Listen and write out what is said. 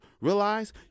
realize